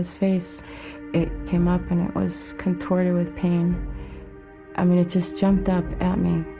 face it came up and it was contorted with pain i mean it just jumped up at me